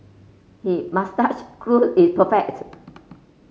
he moustache clue is perfect